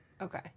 Okay